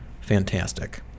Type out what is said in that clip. fantastic